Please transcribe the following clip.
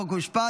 חוק ומשפט,